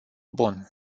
bun